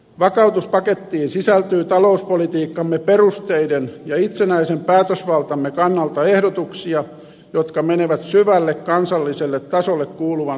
vakautuspakettiin sisältyy talouspolitiikkamme perusteiden ja itsenäisen päätösvaltamme kannalta ehdotuksia jotka menevät syvälle kansalliselle tasolle kuuluvan suvereniteetin piiriin